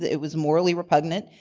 it was morally repugnant.